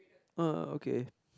err okay